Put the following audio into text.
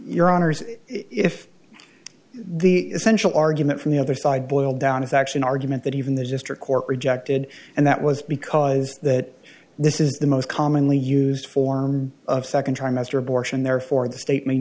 honour's if the essential argument from the other side boiled down is actually an argument that even the district court rejected and that was because that this is the most commonly used form of second trimester abortion therefore the state m